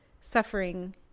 suffering